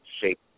shape